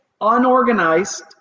unorganized